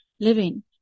living